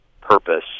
purpose